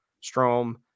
Strom